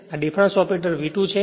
એક difference operator V2 છે